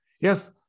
Yes